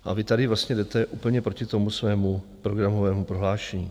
A vy tady vlastně jdete úplně proti tomu svému programovému prohlášení.